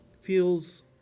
feels